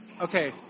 Okay